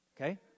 okay